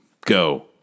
Go